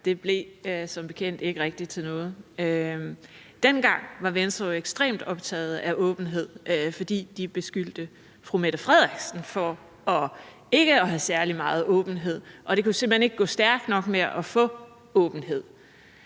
Det blev som bekendt ikke rigtig til noget. Dengang var Venstre jo ekstremt optaget af åbenhed, fordi de beskyldte statsministeren for ikke at have særlig meget åbenhed, og det kunne simpelt hen ikke gå stærkt nok med at få åbenhed.